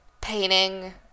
painting